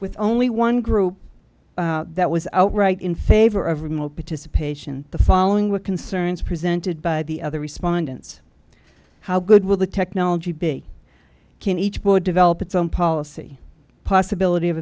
with only one group that was out right in favor of remote participation the following were concerns presented by the other respondents how good will the technology big can each board develop its own policy possibility of